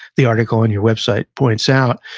the article on your website points out.